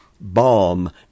balm